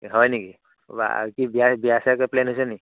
হয় নেকি বা কি বিয়া বিয়া চিয়া কিবা প্লেন হৈছে নি